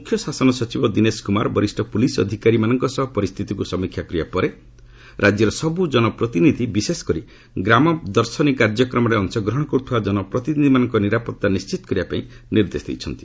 ମୁଖ୍ୟ ଶାସନ ସଚିବ ଦିନେଶ କୁମାର ବରିଷ୍ଣ ପୁଲିସ୍ ଅଧିକାରୀମାନଙ୍କ ସହ ପରିସ୍ଥିତିକୁ ସମୀକ୍ଷା କରିବା ପରେ ରାଜ୍ୟର ସବୁ ଜନପ୍ରତିନିଧି ବିଶେଷ କରି ଗ୍ରାମ ଦର୍ଶିନୀ କାର୍ଯ୍ୟକ୍ରମରେ ଅଂଶଗ୍ରହଣ କରୁଥିବା କନପ୍ରତିନିଧିମାନଙ୍କ ନିରାପତ୍ତା ନିଶ୍ଚିତ କରିବା ପାଇଁ ନିର୍ଦ୍ଦେଶ ଦେଇଛନ୍ତି